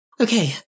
okay